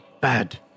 Bad